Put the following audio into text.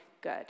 good